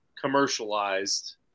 commercialized